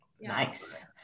Nice